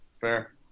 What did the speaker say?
Fair